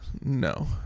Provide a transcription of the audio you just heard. No